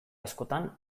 askotan